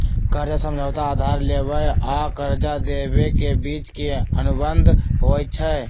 कर्जा समझौता उधार लेबेय आऽ कर्जा देबे के बीच के अनुबंध होइ छइ